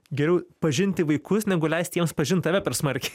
geriau pažinti vaikus negu leist jiems pažint tave per smarkiai